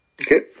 Okay